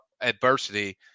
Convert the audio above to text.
adversity